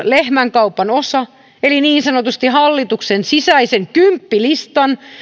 lehmänkaupan osa eli niin sanotusti hallituksen sisäisen kymppilistan